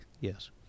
Yes